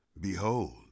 behold